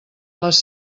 les